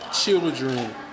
children